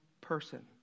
person